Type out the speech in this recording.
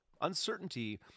Uncertainty